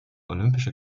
olympische